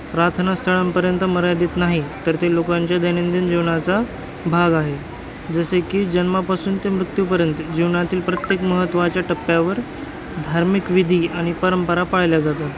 प्रार्थना स्थळांपर्यंत मर्यादित नाही तर ते लोकांच्या दैनंदिन जीवनाचा भाग आहे जसे की जन्मापासून ते मृत्यूपर्यंत जीवनातील प्रत्येक महत्त्वाच्या टप्प्यावर धार्मिक विधी आणि परंपरा पाळल्या जातात